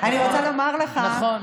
אני רוצה לומר לך, נכון.